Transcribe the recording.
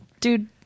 dude